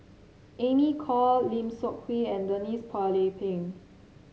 Amy Khor Lim Seok Hui and Denise Phua Lay Peng